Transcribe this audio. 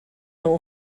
nhw